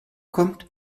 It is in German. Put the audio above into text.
kommt